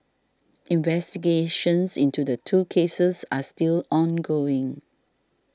investigations into the two cases are still ongoing